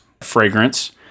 fragrance